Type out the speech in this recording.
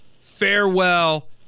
farewell